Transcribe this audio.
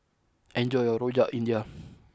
enjoy your Rojak India